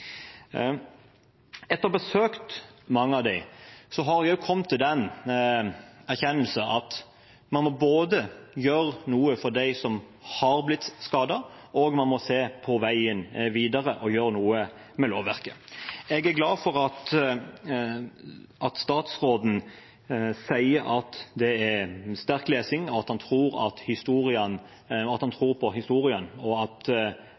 Etter å ha besøkt mange av oljearbeiderne, har jeg kommet til den erkjennelse at man må gjøre noe for dem som har blitt skadet, og man må se på veien videre og gjøre noe med lovverket. Jeg er glad for at statsråden sier at det er sterk lesning, at han tror på historiene, og at det er en sammenheng mellom arbeidet man har hatt og helsetilstanden etterpå – at